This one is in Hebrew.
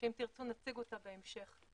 שאם תרצו נציג אותה בהמשך,